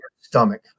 stomach